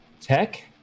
tech